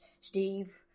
Steve